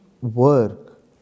work